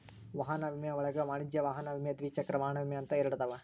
ವಾಹನ ವಿಮೆ ಒಳಗ ವಾಣಿಜ್ಯ ವಾಹನ ವಿಮೆ ದ್ವಿಚಕ್ರ ವಾಹನ ವಿಮೆ ಅಂತ ಎರಡದಾವ